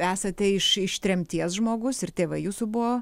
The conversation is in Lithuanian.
esate iš iš tremties žmogus ir tėvai jūsų buvo